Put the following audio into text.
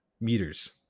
meters